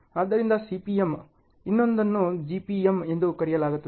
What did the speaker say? ಆದ್ದರಿಂದ CPM ಇನ್ನೊಂದನ್ನು GPM ಎಂದು ಕರೆಯಲಾಗುತ್ತದೆ